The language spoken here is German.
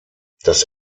das